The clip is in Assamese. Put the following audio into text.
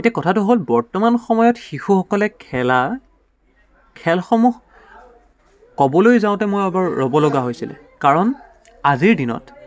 এতিয়া কথাটো হ'ল বৰ্তমান সময়ত শিশুসকলে খেলা খেলসমূহ ক'বলৈ যাওঁতে মই এবাৰ ৰ'ব লগা হৈছিলে কাৰণ আজিৰ দিনত